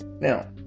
Now